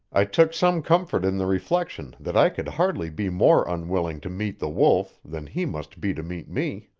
i took some comfort in the reflection that i could hardly be more unwilling to meet the wolf than he must be to meet me.